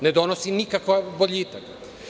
Ne donosimo nikakva boljitak.